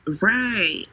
Right